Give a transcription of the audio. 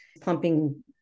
pumping